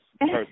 first